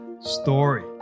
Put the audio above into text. story